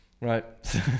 right